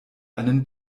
einen